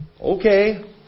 Okay